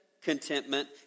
Contentment